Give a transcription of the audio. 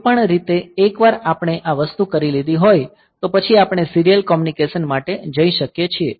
કોઈપણ રીતે એકવાર આપણે આ વસ્તુ કરી લીધી હોય તો પછી આપણે સીરીયલ કોમ્યુનિકેશન માટે જઈ શકીએ છીએ